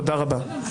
תודה רבה.